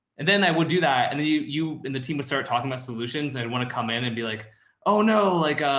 and then i would do that. and then you, you and the team would start talking about solutions. i'd want to come in and be like oh, no, like,